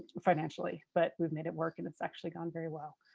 financially, but we've made it work and it's actually gone very well.